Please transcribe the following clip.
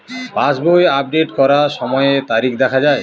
পাসবই update করার সময়ে তারিখ দেখা য়ায়?